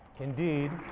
indeed